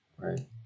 right